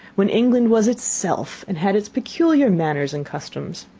when england was itself, and had its peculiar manners and customs.